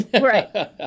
right